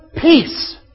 peace